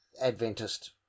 Adventist